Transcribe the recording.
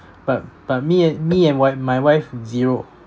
but but me and me and wi~ my wife zero